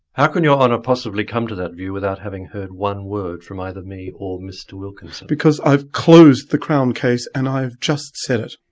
how can your honour possibly come to that view without having heard one word from either me or mr wilkinson? because i've closed the crown case, and i just said it.